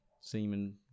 semen